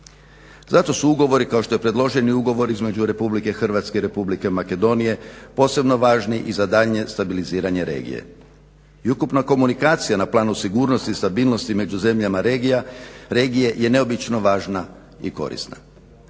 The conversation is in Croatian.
Zato su ugovori kao što je i predloženi ugovor između RH i Republike Makedonije posebno važni i za daljnje stabiliziranje regije. I ukupna komunikacija na planu sigurnosti i stabilnosti među zemljama regije je neobično važna i korisna.